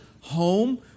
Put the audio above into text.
home